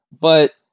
but-